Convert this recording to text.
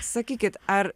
sakykit ar